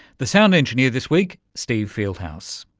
the sound engineer this week steve fieldhouse.